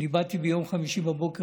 אני באתי ביום שישי בבוקר,